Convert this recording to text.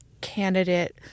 candidate